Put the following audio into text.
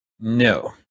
No